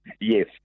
yes